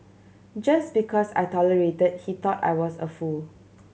just because I tolerated he thought I was a fool